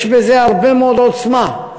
יש בזה הרבה מאוד עוצמה,